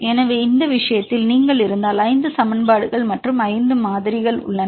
எனவே இந்த விஷயத்தில் நீங்கள் இருந்தால் 5 சமன்பாடுகள் மற்றும் 5 மாறிகள் உள்ளன